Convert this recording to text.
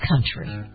country